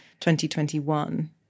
2021